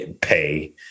pay